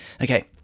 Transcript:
Okay